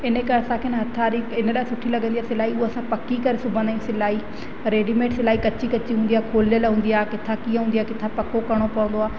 इन करे असांखे हथ वारी इन लाए सुठी लॻंदी आहे सिलाई उहा असां पकी करे सुबंदा आहियूं सिलाई रेडीमेड सिलाई कची कची हूंदी आहे खुलियलु हूंदी आहे किथां कीअं हूंदी आहे किथां पको करिणो पवंदो आहे